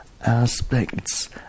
aspects